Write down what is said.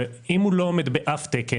ואם הוא לא עומד באף תקן,